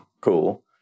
Cool